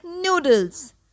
noodles